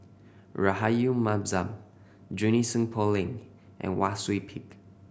Rahayu Mahzam Junie Sng Poh Leng and Wang Sui Pick